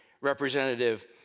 representative